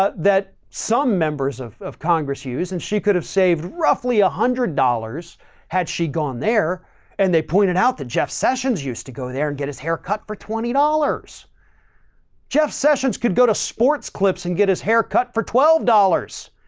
ah that some members of of congress use and she could have saved roughly a hundred dollars had she gone there and they pointed out that jeff sessions used to go there and get his hair cut for twenty dollars jeff sessions could go to sports clips and get his hair cut for twelve dollars.